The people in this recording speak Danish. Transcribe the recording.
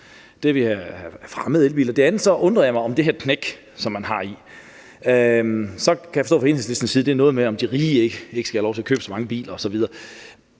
det andet undrer jeg mig over det her knæk, som man har i det. Jeg kan så forstå, at det fra Enhedslistens side er noget med, at de rige ikke skal have lov til at købe så mange biler osv.